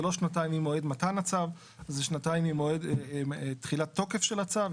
זה לא שנתיים ממועד ממתן הצו זה שנתיים ממועד תחילת תוקף של הצו.